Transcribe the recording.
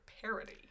parody